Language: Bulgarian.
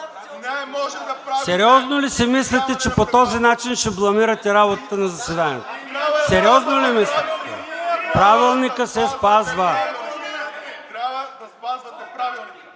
Сериозно ли си мислите, че по този начин ще бламирате работата на заседанието? (Шум и реплики.) Правилникът се спазва!